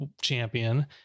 champion